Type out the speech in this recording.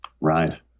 Right